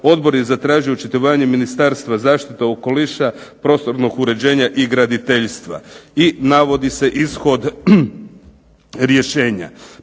odbor je tražio očitovanje Ministarstva zaštite okoliša, prostornog uređenja i graditeljstva" i navodi se ishod rješenja,